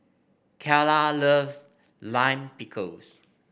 Keyla loves Lime Pickles